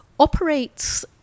Operates